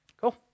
Cool